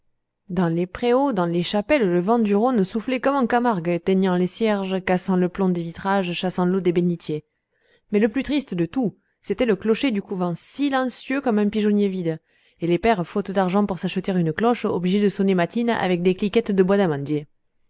dans les préaux dans les chapelles le vent du rhône soufflait comme en camargue éteignant les cierges cassant le plomb des vitrages chassant l'eau des bénitiers mais le plus triste de tout c'était le clocher du couvent silencieux comme un pigeonnier vide et les pères faute d'argent pour s'acheter une cloche obligés de sonner matines avec des cliquettes de bois d'amandier